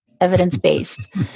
evidence-based